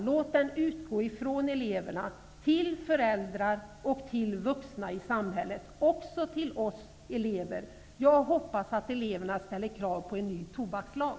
Låt den utgå från eleverna till föräldrar och till vuxna i samhället, och också till oss. Jag hoppas att eleverna ställer krav på en ny tobakslag.